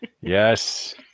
yes